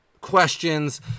questions